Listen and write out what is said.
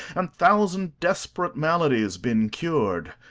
and thousand desperate maladies been cur'd?